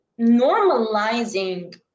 normalizing